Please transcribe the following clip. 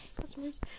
customers